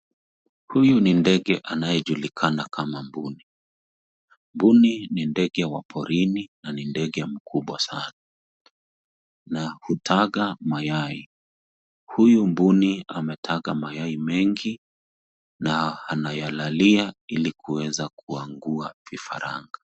Huyu ni ndege anayejukikana kama mbuni . Mbuni ni ndege wa porini nudge mkubwa Sana na hutaga mayai huyu mbuni ametaga mayai mengi na anayalalia ili kuweza kuangua vifaranga.